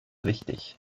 wichtig